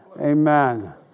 Amen